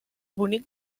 bonic